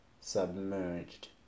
submerged